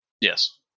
Yes